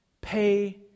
Pay